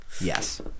Yes